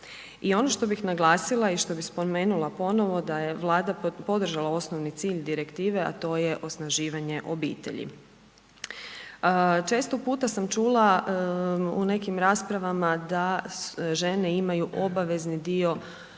I ono što bih naglasila i što bi spomenula ponovno, da je Vlada podržala osnovni cilj direktive a to je osnaživanje obitelji. Često puta sam čula u nekim raspravama da žene imaju obavezni dio rodiljnog